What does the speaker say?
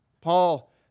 Paul